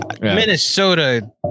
Minnesota